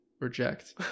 reject